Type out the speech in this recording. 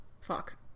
fuck